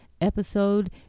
episode